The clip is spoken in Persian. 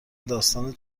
داستان